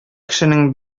кешенең